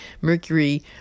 Mercury